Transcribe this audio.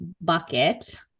bucket